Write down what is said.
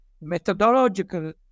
methodological